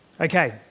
Okay